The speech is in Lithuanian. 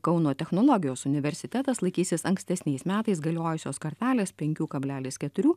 kauno technologijos universitetas laikysis ankstesniais metais galiojusios kartelės penkių kablelis keturių